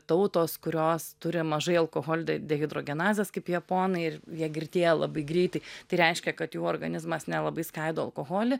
tautos kurios turi mažai alkoholio de dehidrogenazės kaip japonai ir jie girtėja labai greitai tai reiškia kad jų organizmas nelabai skaido alkoholį